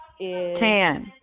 Tan